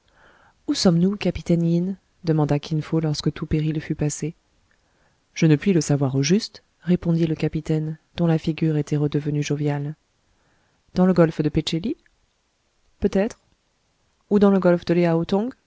où sommes-nous capitaine yin demanda kin fo lorsque tout péril fut passé je ne puis le savoir au juste répondit le capitaine dont la figure était redevenue joviale dans le golfe de pé tché li peut-être ou dans le golfe de